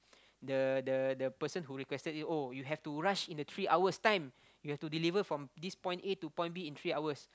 the the the person who requested it oh you have to rush in a three hours time you have to delivery from this point A to point B in three hours